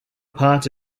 part